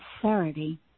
sincerity